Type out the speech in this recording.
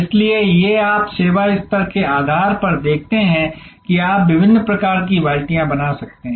इसलिए ये आप सेवा स्तर के आधार पर देखते हैं कि आप विभिन्न प्रकार की बाल्टियाँ बना सकते हैं